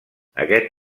aquest